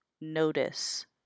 notice